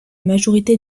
majorité